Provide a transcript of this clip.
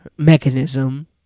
mechanism